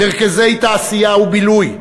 מרכזי תעשייה ובילוי,